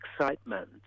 excitement